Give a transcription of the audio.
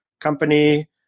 Company